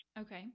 Okay